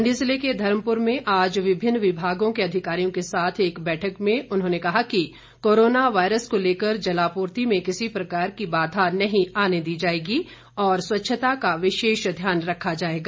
मंडी ज़िले के धर्मपुर में आज विभिन्न विभागों के अधिकारियों के साथ एक बैठक में उन्होंने कहा कि कोरोना वायरस को लेकर जलापूर्ति में किसी प्रकार की बाधा नहीं आने दी जाएगी और स्वच्छता का विशेष ध्यान रखा जाएगा